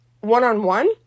one-on-one